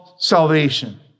salvation